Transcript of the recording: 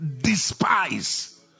despise